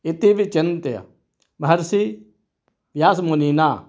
इति विचन्त्य महर्षिव्यासमुनिना